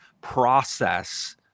process